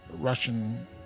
Russian